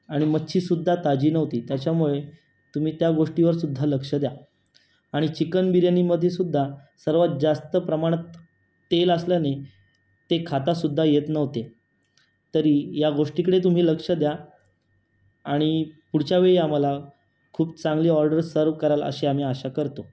आणि मच्छीसुद्धा ताजी नव्हती त्याच्यामुळे तुम्ही त्या गोष्टीवरसुद्धा लक्ष द्या आणि चिकन बिर्याणीमध्ये सुद्धा सर्वात जास्त प्रमाणात तेल असल्याने ते खातासुद्धा येत नव्हते तरी या गोष्टीकडे तुम्ही लक्ष द्या आणि पुढच्यावेळी आम्हाला खूप चांगली ऑर्डर सर्व कराल अशी आम्ही आशा करतो